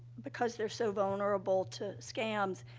because they're so vulnerable to scams,